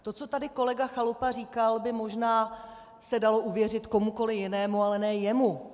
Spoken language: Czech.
To, co tady kolega Chalupa říkal, by možná se dalo uvěřit komukoli jinému, ale ne jemu.